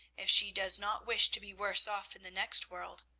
if she does not wish to be worse off in the next world.